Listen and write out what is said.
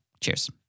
Cheers